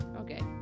Okay